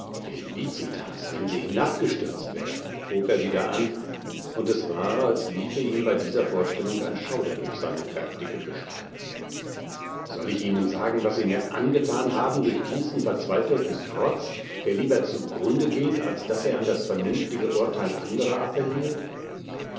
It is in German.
felicitas wenn sie hinabgestürzt wären hob er wieder an und es war als liefe noch bei dieser vorstellung ein schauder durch seine kräftige gestalt soll ich ihnen sagen was sie mir angethan haben durch diesen verzweifelten trotz der lieber zu grunde geht als daß er an das vernünftige urteil anderer appelliert